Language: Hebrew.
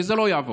וזה לא יעבור.